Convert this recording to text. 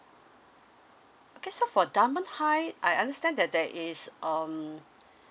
okay so for dunman high I understand that there is um